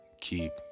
keep